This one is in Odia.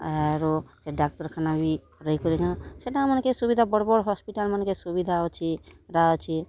ଆରୁ ସେ ଡାକ୍ତରଖାନା ବି ରହି କରିନ ସେଟା ମାନ୍କେ ସୁବିଧା ବଡ଼୍ ବଡ଼୍ ହସ୍ପିଟାଲ୍ମାନ୍କେ ସୁବିଧା ଅଛେ ହେଟା ଅଛେ